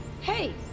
Hey